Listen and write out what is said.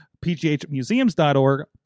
PGHmuseums.org